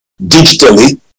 digitally